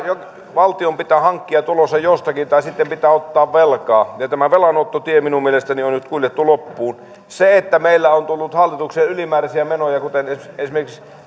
valtion pitää hankkia tulonsa jostakin tai sitten pitää ottaa velkaa ja tämä velanottotie minun mielestäni on nyt kuljettu loppuun meillä on tullut hallitukseen ylimääräisiä menoja kuten esimerkiksi